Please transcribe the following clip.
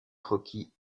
croquis